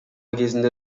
кезинде